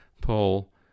Paul